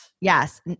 yes